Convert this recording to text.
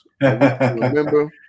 Remember